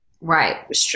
Right